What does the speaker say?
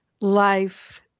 life